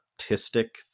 artistic